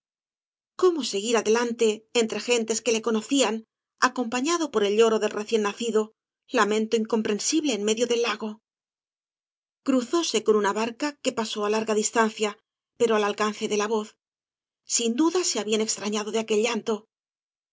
cómo seguir adelante entre gentes que le conocían acompañado por el lloro del reciéa nacido lamento incomprensible en medio del lago cruzóse con una barca que pasó gañas y barro á larga distancia pero al alcance de la voz sin duda ee habian extrañado de aquel llanto